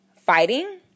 fighting